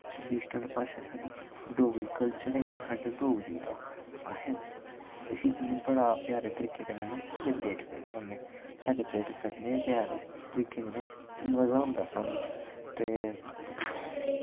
traditional भाशा साढ़ी Dogri culture इक साढ़ा डोगरी दा ऐ असें इसी इयां बड़ा प्यारा तरीके कन्नै सैलीब्रट करने होन्ने सैलीब्रेट करियै तरीके कन्नै मज़ा औंदा साह्नू ते